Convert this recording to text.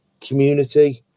community